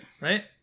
Right